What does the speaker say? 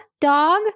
dog